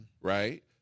right